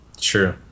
True